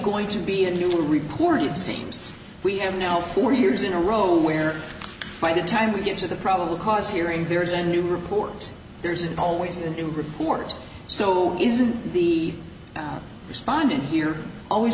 going to be a new report it seems we have now four years in a row where by the time we get to the probable cause hearing there is a new report there's always a report so isn't the respondent here always